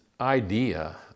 idea